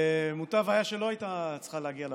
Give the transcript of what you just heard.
מוטב היה, לא הייתה צריכה להגיע לעולם.